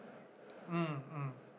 mm mm